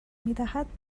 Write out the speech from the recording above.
میدهد